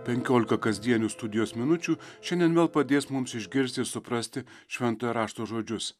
penkiolika kasdienių studijos minučių šiandien gal padės mums išgirsti suprasti šventojo rašto žodžius